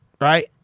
Right